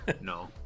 No